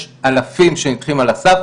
יש אלפים שנדחים על הסף,